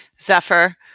Zephyr